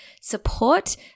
support